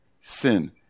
sin